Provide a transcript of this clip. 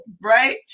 right